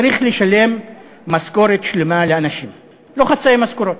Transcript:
צריך לשלם משכורת שלמה לאנשים, לא חצאי משכורות.